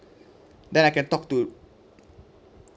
that I can talk to